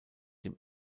dem